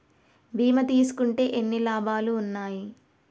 బీమా తీసుకుంటే ఎన్ని లాభాలు ఉన్నాయి?